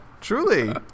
Truly